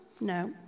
no